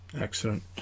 Excellent